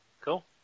cool